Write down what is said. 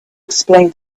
explain